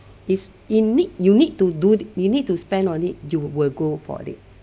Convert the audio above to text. if in need you need to do you need to spend on it you will go for it